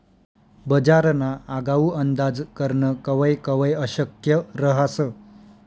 बजारना आगाऊ अंदाज करनं कवय कवय अशक्य रहास